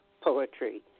poetry